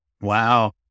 Wow